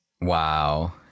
Wow